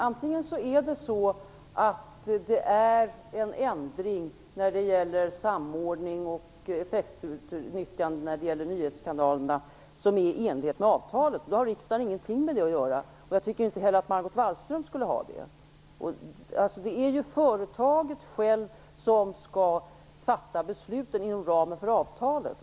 Om det är en ändring av samordning och effektutnyttjande när det gäller nyhetskanalerna som sker i enlighet med avtalet har riksdagen ingenting med det att göra. Jag tycker inte heller att Margot Wallström skulle ha det. Det är ju företaget självt som skall fatta besluten inom ramen för avtalet.